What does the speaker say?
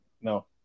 No